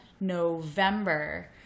November